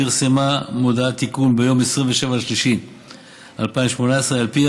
פרסמה מודעת תיקון ביום 27 במרס 2018 שעל פיה